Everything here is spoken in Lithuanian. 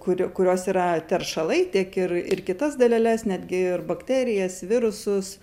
kur kurios yra teršalai tiek ir ir kitas daleles netgi ir bakterijas virusus